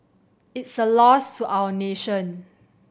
it's a loss to our nation